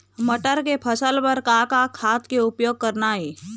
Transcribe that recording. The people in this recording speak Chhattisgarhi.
मटर के फसल बर का का खाद के उपयोग करना ये?